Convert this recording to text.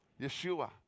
Yeshua